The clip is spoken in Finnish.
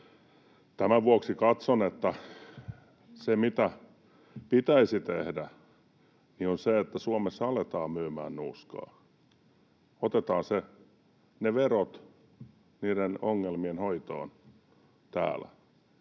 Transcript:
Tämän vuoksi katson, että se, mitä pitäisi tehdä, on se, että Suomessa aletaan myymään nuuskaa. Otetaan ne verot niiden ongelmien hoitoon täällä.